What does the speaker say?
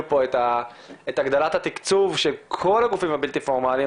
פה את הגדלת התקצוב של כל הגופים הבלתי פורמליים.